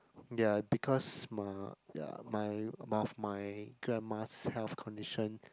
ya because my ya my of my grandma's health condition